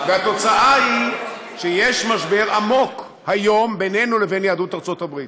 והתוצאה היא שיש משבר עמוק היום בינינו לבין יהדות ארצות הברית.